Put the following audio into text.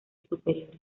superiores